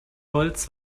holz